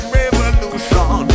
revolution